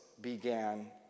began